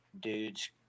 dudes